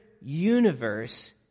universe